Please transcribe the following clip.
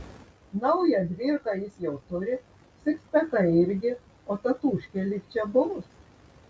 naują dvyrką jis jau turi sikspeką irgi o tatūškė lyg čia buvus